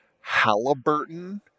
Halliburton